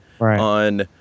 on